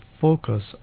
focus